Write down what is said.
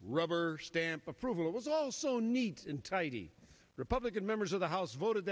rubber stamp approval it was all so neat and tidy republican members of the house voted